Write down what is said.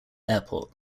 airport